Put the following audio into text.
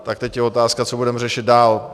Tak teď je otázka, co budeme řešit dál.